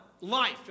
life